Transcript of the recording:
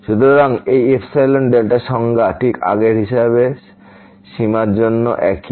সুতরাং এই epsilon delta সংজ্ঞা ঠিক আগের হিসাবে সীমা জন্য একই